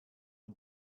the